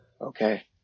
okay